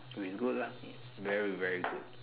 so its good [la] very very good